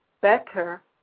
better